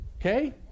Okay